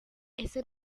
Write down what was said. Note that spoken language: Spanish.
ese